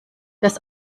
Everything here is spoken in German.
das